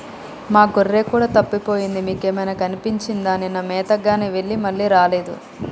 మా గొర్రె కూడా తప్పిపోయింది మీకేమైనా కనిపించిందా నిన్న మేతగాని వెళ్లి మళ్లీ రాలేదు